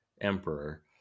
emperor